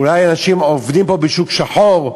אולי אנשים עובדים פה בשוק שחור,